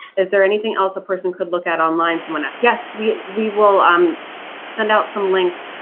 is there anything else a person could look at online, someone asks, yes, we we will um send out some links.